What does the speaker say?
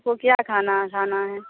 اس کو کیا کھانا کھانا ہے